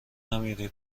نمیری